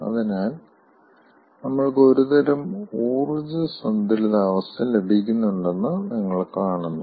അതിനാൽ നമ്മൾക്ക് ഒരുതരം ഊർജ്ജ സന്തുലിതാവസ്ഥ ലഭിക്കുന്നുണ്ടെന്ന് നിങ്ങൾ കാണുന്നു